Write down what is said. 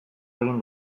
egin